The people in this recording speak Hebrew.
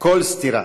כל סתירה.